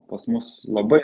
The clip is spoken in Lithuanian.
pas mus labai